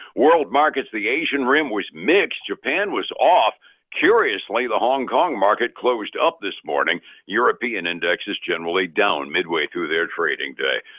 world markets the asian rim was mixed, japan was off curiously, the hong kong market closed up this morning european indexes generally down, midway through their trading day.